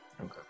Okay